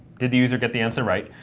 did the user get the answer right?